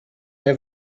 der